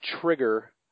trigger